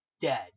dead